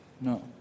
No